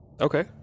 Okay